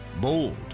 Bold